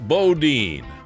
Bodine